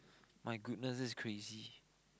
my goodness that's crazy